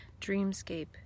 dreamscape